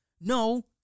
No